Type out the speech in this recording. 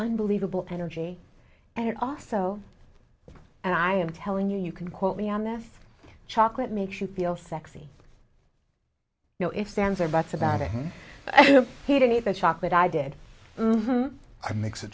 unbelievable energy and it also and i am telling you you can quote me on that chocolate makes you feel sexy no ifs ands or buts about it you don't need the chocolate i did a mix of